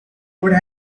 would